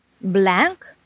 blank